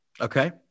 Okay